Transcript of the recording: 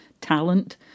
talent